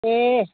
ए